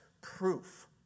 proof